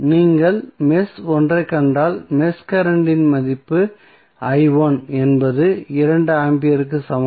நீங்கள் மெஷ் ஒன்றைக் கண்டால் மெஷ் கரண்ட் இன் மதிப்பு என்பது 2 ஆம்பியருக்கு சமம்